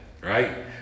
right